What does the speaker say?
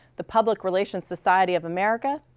the public relations society of america,